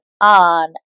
on